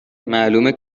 معلومه